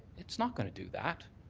it's not going to do that.